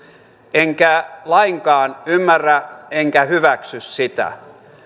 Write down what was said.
enkä lainkaan ymmärrä enkä hyväksy sitä